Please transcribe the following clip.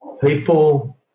People